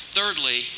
Thirdly